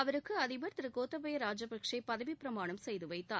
அவருக்கு அதிபர் திரு கோத்தபய ராஜபக்ஷே பதவிப்பிரமாணம் செய்து வைத்தார்